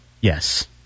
Yes